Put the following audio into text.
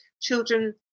children